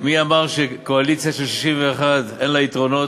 מי אמר שקואליציה של 61 אין לה יתרונות?